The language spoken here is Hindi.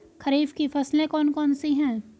खरीफ की फसलें कौन कौन सी हैं?